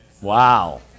Wow